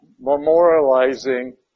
memorializing